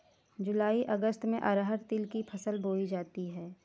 जूलाई अगस्त में अरहर तिल की फसल बोई जाती हैं